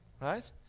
Right